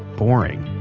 boring.